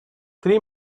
three